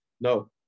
No